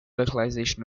localization